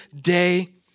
day